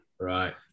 Right